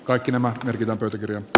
kaikki nämä merkitään pöytäkirjaan r